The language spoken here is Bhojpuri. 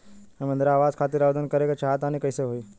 हम इंद्रा आवास खातिर आवेदन करे क चाहऽ तनि कइसे होई?